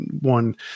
one